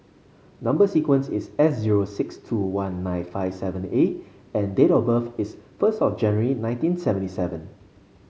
number sequence is S zero six two one nine five seven A and date of birth is first of January nineteen seventy seven